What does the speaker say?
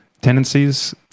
tendencies